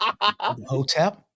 Hotep